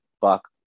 buck